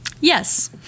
yes